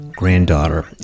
Granddaughter